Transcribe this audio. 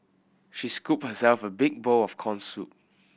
she scooped herself a big bowl of corn soup